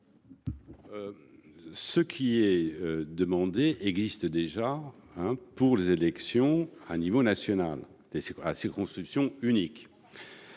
Ce qui est demandé existe déjà pour les élections nationales à circonscription unique…